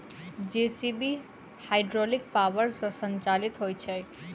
JCB hydraulic power सॅ संचालित होइत छै